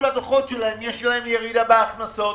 לדוחות שלהם יש להם ירידה בהכנסות,